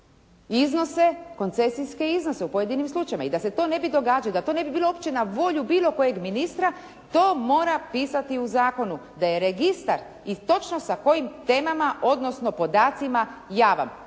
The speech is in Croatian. iznose koncesijske iznose u pojedinim slučajevima. I da se to ne bi događalo, da to ne bi bilo opće na volju bilo kojeg ministra, to mora pisati u zakonu da je registar i točno sa kojim temama, odnosno podacima javan, o